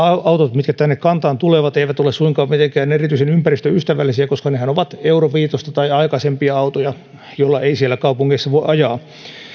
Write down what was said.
autot mitkä tänne kantaan tulevat eivät ole suinkaan mitenkään erityisen ympäristöystävällisiä koska nehän ovat euro viitosta tai aikaisempia autoja joilla ei siellä kaupungeissa voi ajaa